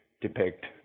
depict